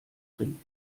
ring